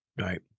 Right